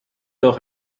doch